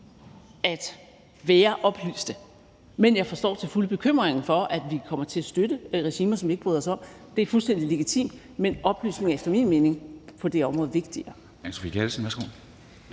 at være oplyste. Men jeg forstår til fulde bekymringen for, at vi kommer til at støtte regimer, som vi ikke bryder os om, det er fuldstændig legitimt, men oplysning er efter min mening på det her område vigtigere.